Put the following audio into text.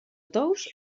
tous